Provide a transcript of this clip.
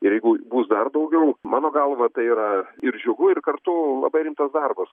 ir jeigu bus dar daugiau mano galva tai yra ir džiugu ir kartu labai rimtas darbas